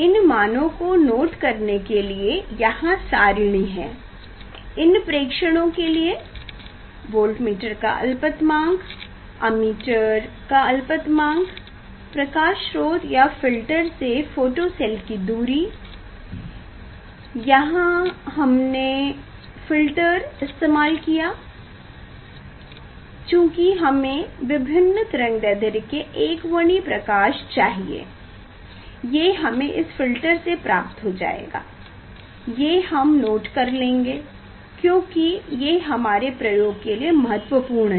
इन मानों को नोट करने के लिए यहाँ सारिणी है इन प्रेक्षणों के लिए वोल्टमीटर का अल्पतमांक अमीटर का अलपतमांक प्रकाश स्रोत या फ़िल्टर से फोटो सेल की दूरी यहा हमने फ़िल्टर इस्तेमाल किया है चूंकि हमें विभिन्न तरंगदैढ्र्य के एकवर्णी प्रकाश चाहिएये हमें इस फ़िल्टर से प्राप्त हो जाएगा ये हम नोट कर लेंगें क्योकि ये हमारे प्रयोग के लिए महत्वपूर्ण हैं